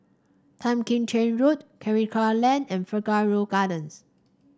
Tan Kim Cheng Road Karikal Lane and Figaro Gardens